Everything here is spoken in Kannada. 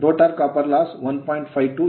rotor copper loss ರೋಟರ್ ತಾಮ್ರದ ನಷ್ಟವನ್ನು 1